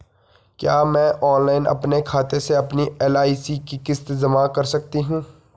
क्या मैं ऑनलाइन अपने खाते से अपनी एल.आई.सी की किश्त जमा कर सकती हूँ?